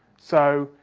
so,